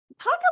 Talk